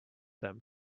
them